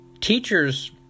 Teachers